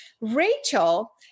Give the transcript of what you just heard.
Rachel